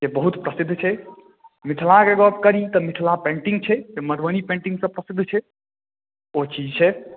जे बहुत प्रसिद्ध छै मिथिलाके गप्प करि तऽ मिथिला पेन्टिंग छै जे मधुबनी पेन्टिंग से प्रसिद्ध छै ओ चीज छै